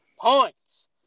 points